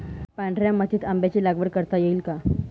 पांढऱ्या मातीत आंब्याची लागवड करता येईल का?